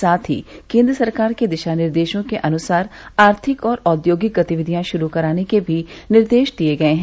साथ ही केंद्र सरकार के दिशा निर्देशों के अनुसार आर्थिक और औद्योगिक गतिविधियां शुरू कराने के भी निर्देश दिए गए हैं